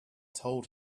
told